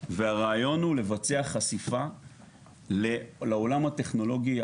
והרעיון הוא לבצע חשיפה לעולם הטכנולוגיה.